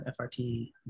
FRT